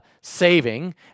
saving